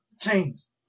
chains